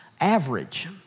average